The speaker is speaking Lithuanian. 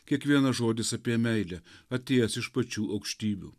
kiekvienas žodis apie meilę atėjęs iš pačių aukštybių